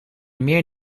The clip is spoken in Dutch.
meer